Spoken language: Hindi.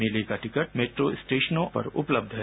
मेले का टिकट मेट्रो स्टेशनों पर उपलब्ध है